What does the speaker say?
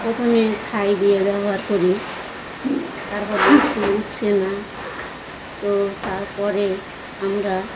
প্রথমে ছাই দিয়ে ব্যবহার করি তারপর দেখছি উঠছে না তো তারপরে আমরা